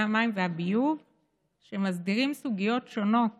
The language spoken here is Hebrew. המים והביוב שמסדירים סוגיות שונות